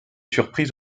surprise